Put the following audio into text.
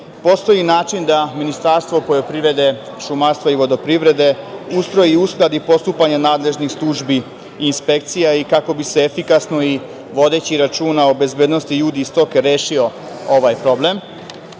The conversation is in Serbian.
postoji li način da Ministarstvo poljoprivrede, šumarstva i vodoprivrede ustroji i uskladi postupanje nadležnih službi i inspekcija kako bi se efikasno i vodeći računa o bezbednosti ljudi i stoke rešio ovaj problem? Drugo